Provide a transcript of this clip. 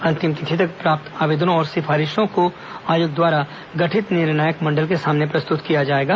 अंतिम तिथि तक प्राप्त आवेदनों और सिफारिशों को आयोग द्वारा गठित निर्णायक मण्डल के सामने प्रस्तुत किया जाएगा